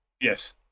Yes